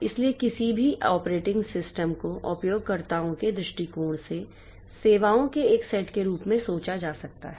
इसलिए किसी भी ऑपरेटिंग सिस्टम को उपयोगकर्ताओं के दृष्टिकोण से सेवाओं के एक सेट के रूप में सोचा जा सकता है